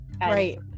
Right